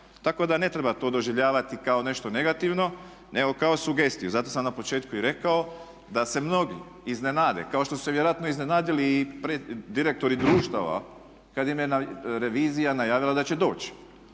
Tako da ne treba to doživljavati kao nešto negativno, nego kao sugestiju. Zato sam na početku i rekao da se mnogi iznenade kao što su se vjerojatno iznenadili i direktori društava kad im je revizija najavila da će doći,